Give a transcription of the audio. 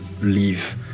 leave